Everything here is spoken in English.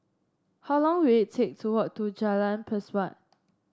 how long will it take to walk to Jalan Pesawat